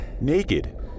naked